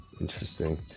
Interesting